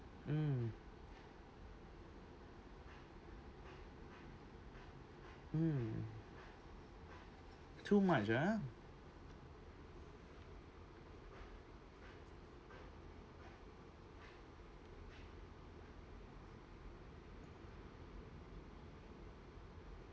mm mm too much ah